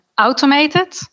automated